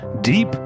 deep